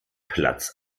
platz